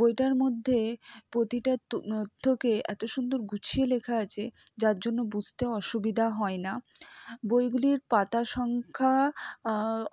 বইটার মধ্যে প্রতিটা তথ্যকে এত সুন্দর গুছিয়ে লেখা আছে যার জন্য বুঝতে অসুবিধা হয় না বইগুলির পাতার সংখ্যা